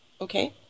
Okay